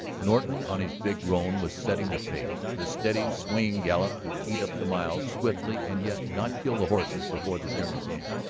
norton on his big roan was setting the pace, the steady swinging gallop to eat up the miles swiftly and yet not kill the horses before the journey's end.